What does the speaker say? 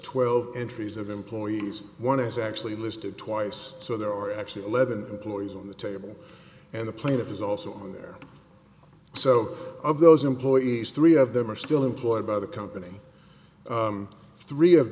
twelve entries of employees one is actually listed twice so there are actually eleven employees on the table and the plaintiff is also on there so of those employees three of them are still employed by the company three of